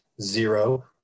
zero